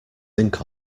think